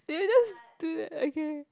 do you just do it okay